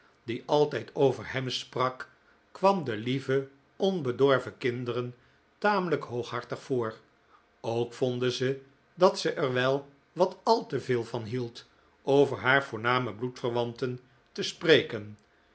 die altijd over hem sprak kwam de lieve onbedorven kinderen tamelijk hooghartig voor ook vonden ze dat ze er wel wat al te veel van hield over haar voorname bloedverwanten te spreken